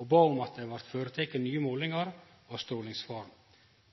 og bad om at det blei føreteke nye målingar av strålingsfaren.